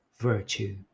virtue